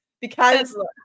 because-